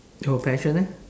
your passion eh